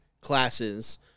classes